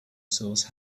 source